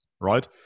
right